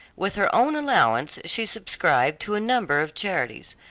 with her own allowance she subscribed to a number of charities,